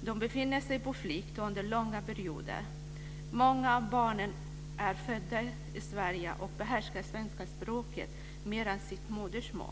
De befinner sig på flykt under långa perioder. Många av barnen är födda i Sverige och behärskar svenska språket bättre än sitt modersmål.